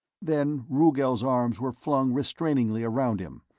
then rugel's arms were flung restrainingly around him,